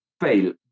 fail